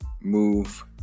move